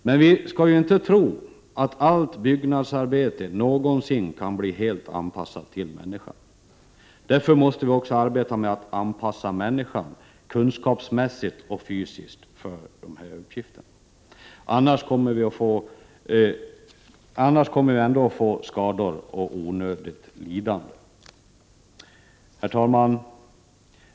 Men vi skall inte tro att allt byggnadsarbete någonsin kan bli helt anpassat till människan. Därför måste vi också arbeta med att anpassa människan, kunskapsmässigt och fysiskt, för uppgifterna. Annars kommer vi ändå att få skador och onödigt 59 lidande. Herr talman!